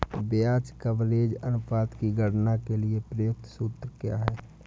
ब्याज कवरेज अनुपात की गणना के लिए प्रयुक्त सूत्र क्या है?